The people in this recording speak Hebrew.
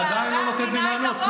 את עדיין לא נותנת לי לענות.